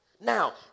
Now